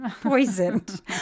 poisoned